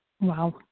Wow